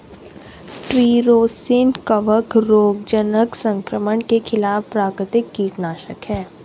tree rosin कवक रोगजनक संक्रमण के खिलाफ प्राकृतिक कीटनाशक है